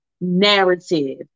narrative